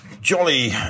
Jolly